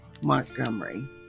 Montgomery